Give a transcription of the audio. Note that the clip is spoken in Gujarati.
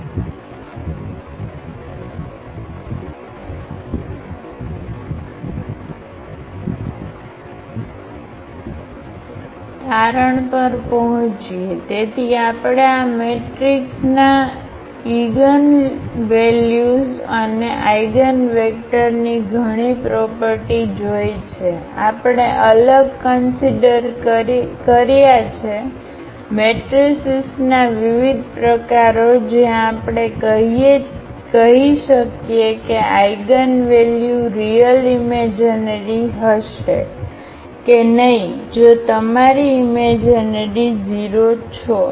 તારણ પર પહોંચીએ તેથી આપણે આ મેટ્રિક્સના ઇગન્યુલ્યુઝ અને આઇગનવેક્ટરની ઘણી પ્રોપર્ટી જોઇ છે આપણે અલગ કન્સિડર કર્યા છે મેટ્રિસીસના વિવિધ પ્રકારો જ્યાં આપણે કહી શકીએ કે આઇગનવેલ્યુ રીયલ ઈમેજીનરી હશે કે નહીં જો તમારી ઈમેજીનરી 0 છો